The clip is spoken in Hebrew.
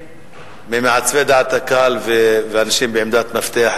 ממעצבי דעת הקהל ואנשים בעמדת מפתח,